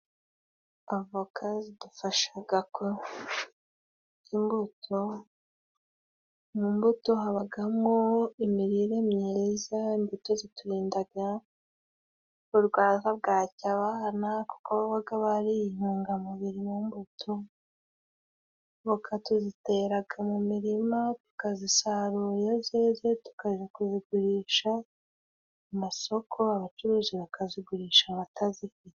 Avoka zidufashaga ko imbuto. Mu mbuto habagamo imirire myiza, imbuto ziturindaga kurwaza bwaki abana kuko babaga bariye intungamubiri mu mbuto. Avoka tuziiteraga mu mirima, tukazisarura iyo zeze, tukaja kuzigurisha mu masoko, abacuruzi bakazigurisha abatazifite.